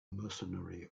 mercenary